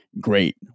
great